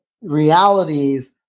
realities